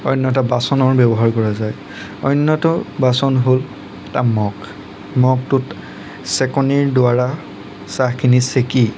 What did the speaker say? অন্য এটা বাচনৰ ব্যৱহাৰ কৰা যায় অন্যটো বাচন হ'ল এটা মগ মগটোত চেকনিৰ দ্বাৰা চাহখিনি চেকি